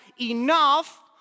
enough